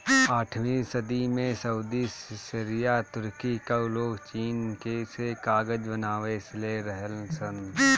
आठवीं सदी में सऊदी, सीरिया, तुर्की कअ लोग चीन से कागज बनावे सिले रहलन सन